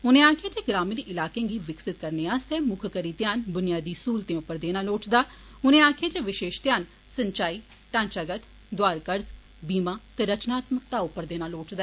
उनें आक्खेआ जे ग्रामीण इलाके गी विकसित करने आस्तै मुक्ख करी ध्यान बुनियादी सहूलतें उप्पर देना लोड़चदा उनें आक्खेआ जे विशेष ध्यान सिच्वाई ढ़ांचागत दौहार कर्जे बीमा ते रचनात्मक्ता उप्पर देना लोड़चदा